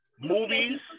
movies